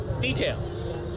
details